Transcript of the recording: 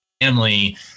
family